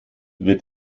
wird